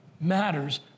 matters